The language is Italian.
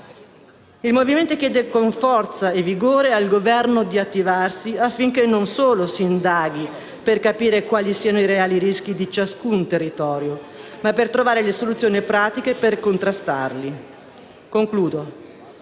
Il Movimento chiede con forza e vigore al Governo di attivarsi, affinché non solo si indaghi per capire quali siano i reali rischi di ciascun territorio, ma anche per trovare le soluzioni pratiche per contrastarli. In